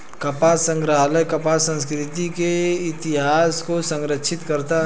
कपास संग्रहालय कपास संस्कृति के इतिहास को संरक्षित करता है